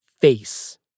face